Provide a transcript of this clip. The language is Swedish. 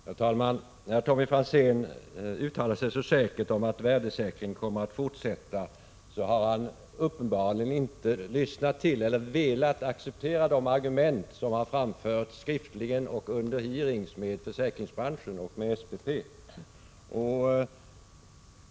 Herr talman! När Tommy Franzén uttalar sig så säkert om att värdesäkringen kommer att fortsätta har han uppenbarligen inte lyssnat till eller velat acceptera de argument som har framförts skriftligen och vid hearings med representanter för försäkringsbranschen och SPP.